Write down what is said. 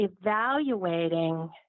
evaluating